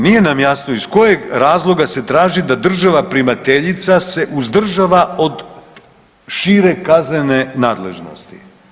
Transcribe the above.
Nije nam jasno iz kojeg razloga se traži da država primateljica se uzdržava od šire kaznene nadležnosti.